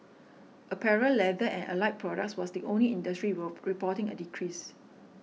apparel leather and allied products was the only industry raw reporting a decrease